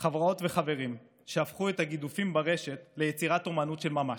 חברות וחברים שהפכו את הגידופים ברשת ליצירת אומנות של ממש.